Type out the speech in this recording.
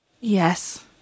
Yes